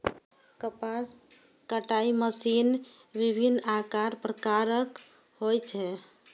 कपास कताइ मशीन विभिन्न आकार प्रकारक होइ छै